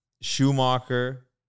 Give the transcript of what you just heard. Schumacher